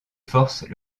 force